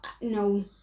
No